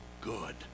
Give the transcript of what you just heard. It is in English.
good